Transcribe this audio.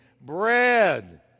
bread